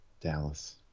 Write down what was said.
Dallas